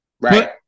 Right